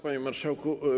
Panie Marszałku!